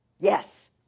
Yes